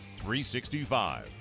365